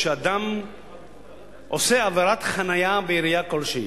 כשאדם עושה עבירת חנייה בעירייה כלשהי,